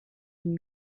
une